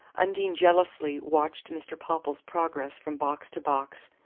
undine jealously watched mr. popple's progress from box to box,